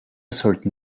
sollten